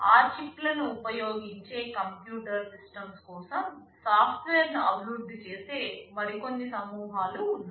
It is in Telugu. ఆ చిప్లను ఉపయోగించే కంప్యూటర్ సిస్టమ్స్ కోసం సాఫ్ట్వేర్ను అభివృద్ధి చేసే మరికొన్ని సమూహాలు ఉన్నాయి